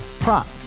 Prop